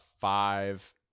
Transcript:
five